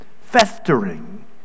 festering